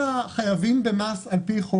מסים עקיפים, כולל